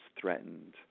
threatened